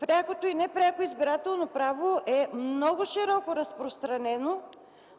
Прякото и непряко избирателно право е много широко разпространено,